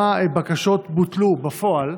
כמה בקשות בוטלו בפועל,